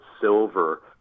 silver